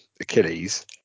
Achilles